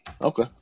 Okay